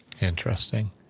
Interesting